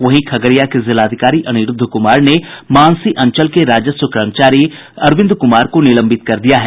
वहीं खगड़िया के जिलाधिकारी अनिरूद्ध कुमार ने मानसी अंचल के राजस्व कर्मचारी अरविंद कुमार को निलंबित कर दिया है